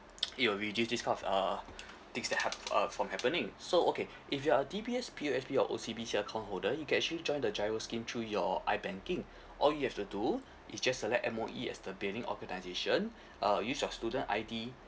it will reduce this kind of uh things that hap~ uh from happening so okay if you are a D_B_S P_O_S_B or O_C_B_C account holder you can actually join the GIRO scheme through your ibanking all you have to do is just select M_O_E as the billing organisation uh use your student I_D